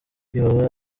yoba